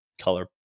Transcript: color